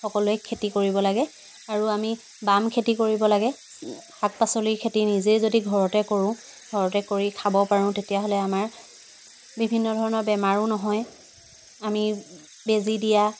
সকলোৱে খেতি কৰিব লাগে আৰু আমি বাম খেতি কৰিব লাগে শাক পাচলিৰ খেতি যদি আমি নিজেই ঘৰতে কৰোঁ ঘৰতে কৰি খাব পাৰোঁ তেতিয়াহ'লে আমাৰ বিভিন্ন ধৰণৰ বেমাৰো নহয় আমি বেজি দিয়া